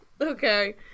Okay